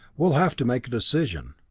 we'll have to make a decision.